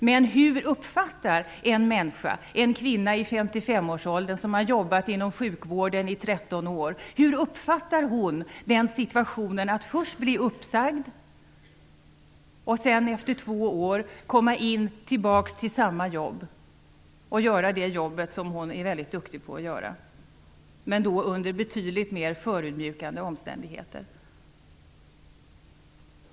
Men hur uppfattar en människa - en kvinna i 55-årsålderna som har jobbat inom sjukvården i 13 år - situationen att först bli uppsagd och sedan efter två år komma tillbaks till samma jobb och göra det jobb som hon är väldigt duktig på att göra, men då under betydligt mer förödmjukande omständigheter?